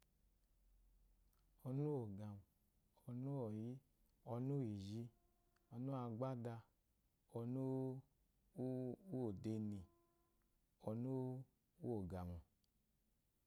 Ɔnu úwù ɔ̀gàm. onu úwù ɔ̀yí, ɔnu úwù ìzhi, ɔnu úwù agbáda, ɔnu úwú úwú úwù òdenì, ɔnu úwú ɔ̀gàmù.